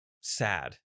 sad